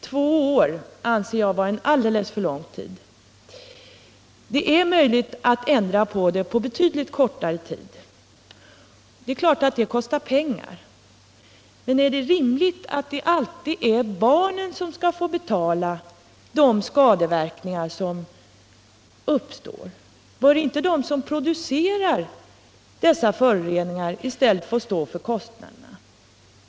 Två år anser jag vara en alldeles för lång övergångstid. Det är möjligt att ändra blyhalten på betydligt kortare tid. Det är klart att detta kostar pengar, men är det rimligt att det alltid är barnen som på bekostnad av sin hälsa skall behöva betala de skadeverkningar som uppstår? Bör inte i stället de som producerar dessa föroreningar få stå för kostnaderna?